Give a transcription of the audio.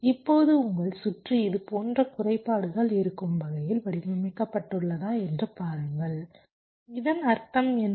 இப்போது உங்கள் சுற்று இது போன்ற குறைபாடுகள் இருக்கும் வகையில் வடிவமைக்கப்பட்டுள்ளதா என்று பாருங்கள் இதன் அர்த்தம் என்ன